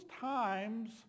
times